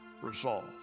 resolve